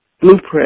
blueprint